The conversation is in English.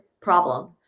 problem